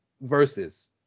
versus